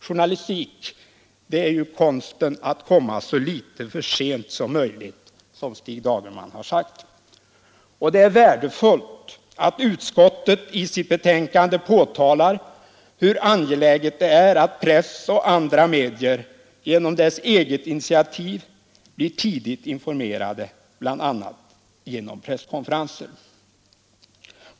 — Journalistik är ju konsten att komma så litet för sent som möjligt, som Stig Dagerman har sagt. Det är värdefullt att utskottet i sitt betänkande påtalar hur angeläget det är att press och andra medier på utskottets eget initiativ blir tidigt informerade, bl.a. genom presskonferenser.